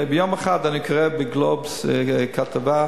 יום אחד אני קורא ב"גלובס" כתבה,